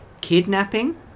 Kidnapping